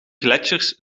gletsjers